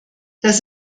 das